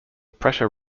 pressure